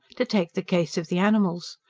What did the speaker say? to take the case of the animals.